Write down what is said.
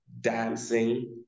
dancing